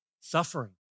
Suffering